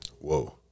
Whoa